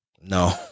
No